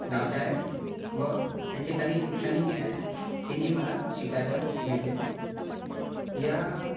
लाभदायक व त्यांचे काही नुकसानही आहेत तेही मला शिकायला मिळाले या